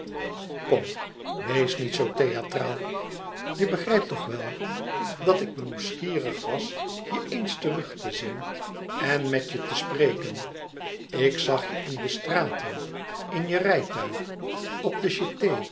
kom wees niet zoo theatraal je begrijpt toch wel e ids aargang dat ik nieuwsgierig was je eens terug te zien en met je te spreken ik zag je in de straten in je rijtuig op de